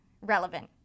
relevant